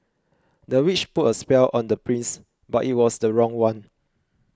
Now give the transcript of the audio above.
the witch put a spell on the prince but it was the wrong one